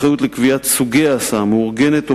אחריות לקביעת סוגי ההסעה המאורגנת או